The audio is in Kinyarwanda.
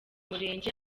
murenge